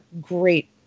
great